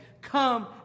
come